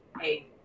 hey